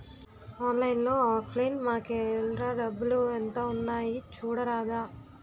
ఆన్లైన్లో offline మాకేఏల్రా డబ్బులు ఎంత ఉన్నాయి చూడరాదా